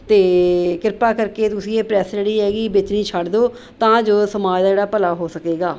ਅਤੇ ਕਿਰਪਾ ਕਰਕੇ ਤੁਸੀਂ ਇਹ ਪ੍ਰੈੱਸ ਜਿਹੜੀ ਹੈਗੀ ਵੇਚਣੀ ਛੱਡ ਦਿਉ ਤਾਂ ਜੋ ਸਮਾਜ ਦਾ ਜਿਹੜਾ ਭਲਾ ਹੋ ਸਕੇਗਾ